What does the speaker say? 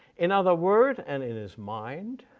in other word and in his mind,